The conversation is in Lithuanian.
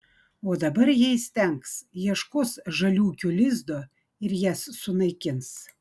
o dabar jei įstengs ieškos žaliūkių lizdo ir jas sunaikins